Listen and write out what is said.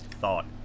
thought